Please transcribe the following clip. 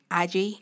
IG